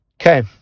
Okay